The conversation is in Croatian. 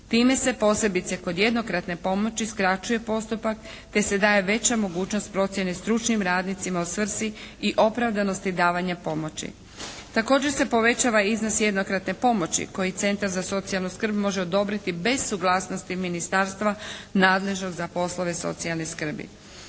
Time se posebice kod jednokratne pomoći skraćuje postupak te se daje veća mogućnost procjene stručnim radnicima u svrsi i opravdanosti davanja pomoći. Također se povećava iznos jednokratne pomoći koji centar za socijalnu skrb može odobriti bez suglasnosti ministarstva nadležnog za poslove socijalne skrbi.